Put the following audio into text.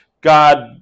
God